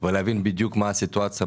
ולהבין בדיוק מה הסיטואציה,